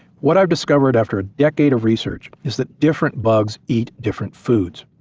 what i've discovered after a decade of research is that different bugs eat different foods,